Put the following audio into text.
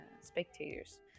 spectators